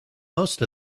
most